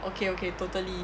okay okay totally